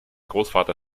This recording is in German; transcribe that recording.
großvater